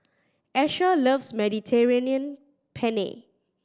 Asher loves Mediterranean Penne